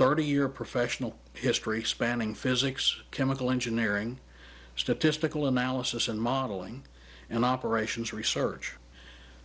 thirty year professional history spanning physics chemical engineering statistical analysis and modeling and operations research